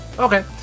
Okay